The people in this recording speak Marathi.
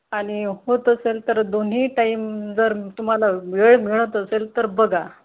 आणि होत असेल तर दोन्ही टाइम जर तुम्हाला वेळ मिळत असेल तर बघा